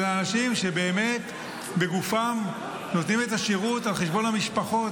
של אנשים שבאמת נותנים את השירות בגופם על חשבון המשפחות,